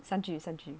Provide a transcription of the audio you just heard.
善举善举